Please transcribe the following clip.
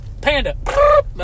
Panda